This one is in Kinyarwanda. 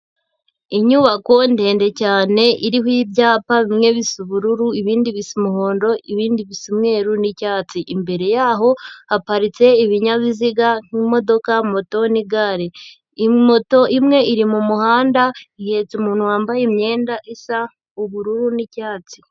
Inyubako ndende cyane iriho ibyapa bimwe bisa ubururu ibindi bise umuhondo ibindi bisimeru n'icyatsi, imbere yaho haparitse ibinyabiziga nk'imodoka moto n'igare, moto imwe iri mu muhanda ihetse umuntu wambaye imyenda isa ubururu n'icyatsi.